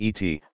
et